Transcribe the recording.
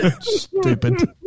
Stupid